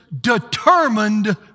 determined